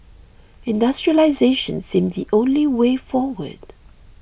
industrialisation seemed the only way forward